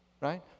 right